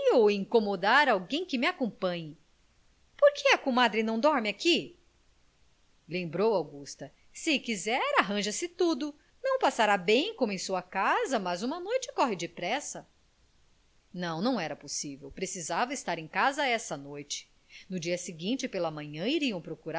incomodar alguém que me acompanhe por que a comadre não dorme aqui lembrou augusta se quiser arranja se tudo não passará bem como em sua casa mas uma noite corre depressa não não era possível precisava estar em casa essa noite no dia seguinte pela manhã iriam